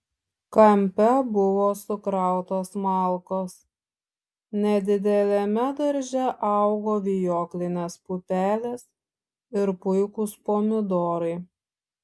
kampe buvo sukrautos malkos nedideliame darže augo vijoklinės pupelės ir puikūs pomidorai